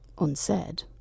unsaid